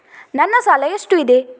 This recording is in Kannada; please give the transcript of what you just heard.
ನನ್ನ ಸಾಲ ಎಷ್ಟು ಇದೆ?